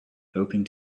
hoping